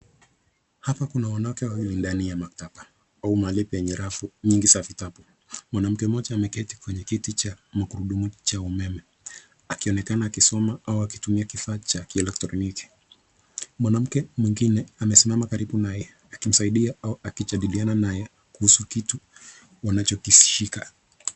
Hapa kuna wanawake wawili ndani ya maktaba au mahali penye rafu nyingi za vitabu. Mwanamke mmoja ameketi kwenye kiti cha magurudumu cha umeme akionekana akisoma au akitumia kifaa cha kielektroniki. Mwanamke mwingine amesimama karibu naye akimsaidia au akijadiliana naye kuhusu kitu wanachokishika.